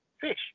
fish